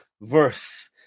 verse